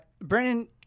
Brennan